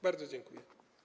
Bardzo dziękuję.